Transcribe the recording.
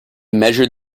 measured